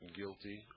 guilty